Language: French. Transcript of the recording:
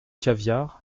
caviar